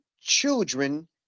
children